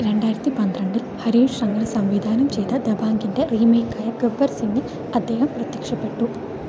രണ്ടായിരത്തി പന്ത്രണ്ടിൽ ഹരീഷ് ശങ്കർ സംവിധാനം ചെയ്ത ദബാംഗിന്റെ റീമേക്കായ ഗബ്ബർ സിങ്ങിൽ അദ്ദേഹം പ്രത്യക്ഷപ്പെട്ടു